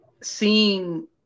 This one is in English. seeing